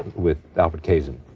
with alfred kazin.